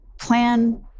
plan